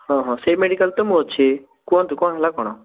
ହଁ ହଁ ସେ ମେଡ଼ିକାଲରେ ମୁଁ ତ ଅଛି କୁହନ୍ତୁ କ'ଣ ହେଲା କ'ଣ